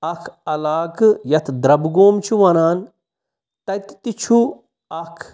اَکھ عَلاقہ یَتھ درٛبہٕ گام چِھ وَنان تَتہِ تہِ چھُ اَکھ